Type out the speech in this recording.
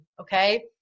Okay